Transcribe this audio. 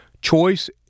Choice